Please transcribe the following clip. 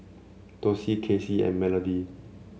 Dossie Kasey and Melodee